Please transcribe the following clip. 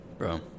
Bro